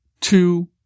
two